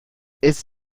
ist